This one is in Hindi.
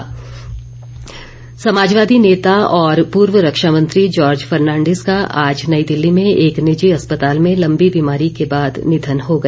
निधन समाजवादी नेता और पूर्व रक्षा मंत्री जार्ज फर्नांडिस का आज नई दिल्ली में एक निजी अस्पताल में लंबी बीमारी के बाद निधन हो गया